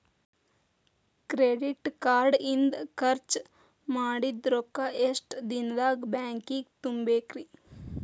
Credit card ಇಂದ್ ಖರ್ಚ್ ಮಾಡಿದ್ ರೊಕ್ಕಾ ಎಷ್ಟ ದಿನದಾಗ್ ಬ್ಯಾಂಕಿಗೆ ತುಂಬೇಕ್ರಿ?